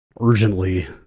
urgently